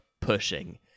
pushing